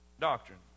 doctrine